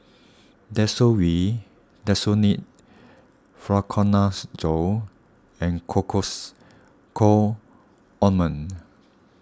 Desowen Desonide Fluconazole and Cocois Co Ointment